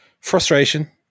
frustration